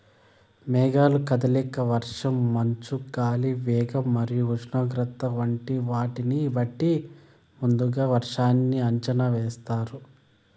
మేఘాల కదలిక, వర్షం, మంచు, గాలి వేగం మరియు ఉష్ణోగ్రత వంటి వాటిని బట్టి ముందుగా వర్షాన్ని అంచనా వేస్తున్నారు